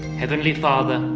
heavenly father,